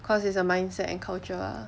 cause it's a mindset and culture ah